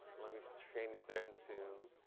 let me change them to